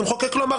אז המחוקק לא אמר,